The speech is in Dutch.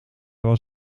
was